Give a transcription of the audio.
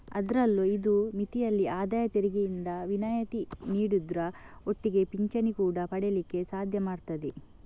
ಅದ್ರಲ್ಲೂ ಇದು ಮಿತಿಯಲ್ಲಿ ಆದಾಯ ತೆರಿಗೆಯಿಂದ ವಿನಾಯಿತಿ ನೀಡುದ್ರ ಒಟ್ಟಿಗೆ ಪಿಂಚಣಿ ಕೂಡಾ ಪಡೀಲಿಕ್ಕೆ ಸಾಧ್ಯ ಮಾಡ್ತದೆ